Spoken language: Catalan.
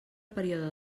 període